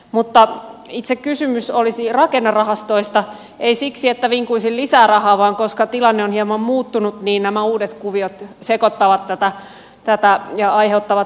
mutta itse kysymys olisi rakennerahastoista ei siksi että vinkuisin lisää rahaa vaan koska tilanne on hieman muuttunut niin nämä uudet kuviot sekoittavat tätä ja aiheuttavat epävarmuutta